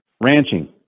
ranching